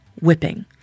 whipping